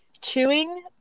chewing